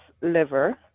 liver